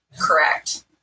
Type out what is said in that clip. Correct